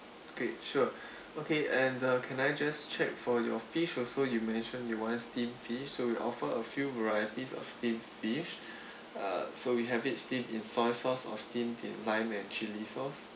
okay sure okay and uh can I just check for your fish also you mentioned you want steam fish so we offer a few varieties of steam fish uh so we have it steam in soy sauce or steamed in lime and chilli sauce